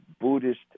Buddhist